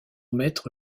maître